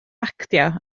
actio